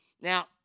Now